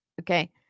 Okay